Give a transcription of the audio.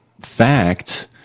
facts